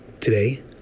Today